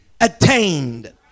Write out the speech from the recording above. attained